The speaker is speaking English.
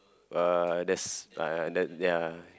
uh there's ah ya